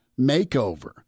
makeover